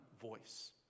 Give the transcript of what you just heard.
voice